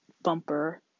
bumper